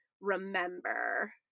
remember